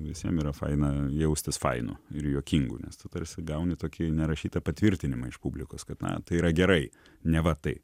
visiems yra faina jaustis fainu ir juokingu nes tu tarsi gauni tokį nerašytą patvirtinimą iš publikos kad na tai yra gerai neva taip